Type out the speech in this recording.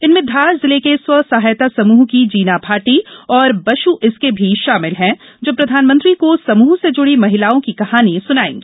इनमें धार जिले के स्वयं सहायता की जीना भाटी और बशु इस्के भी शामिल हैं जो प्रधानमंत्री को समूह से जुड़ी महिलाओ की कहानी सुनाएगी